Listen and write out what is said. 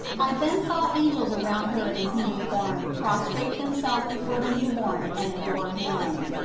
i then saw angels around her in human form pros trate themselves before the new-born and adore him.